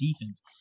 defense